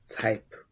type